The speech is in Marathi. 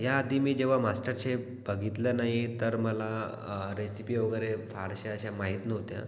या आधी मी जेव्हा मास्टर शेफ बघितलं नाही तर मला रेसिपी वगैरे फारशा अशा माहीत नव्हत्या